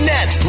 Net